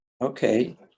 okay